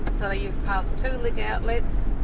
so you've passed two liquor outlets,